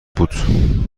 بود